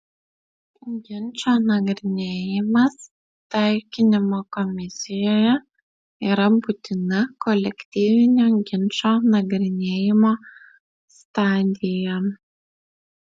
ginčo nagrinėjimas taikinimo komisijoje yra būtina kolektyvinio ginčo nagrinėjimo stadija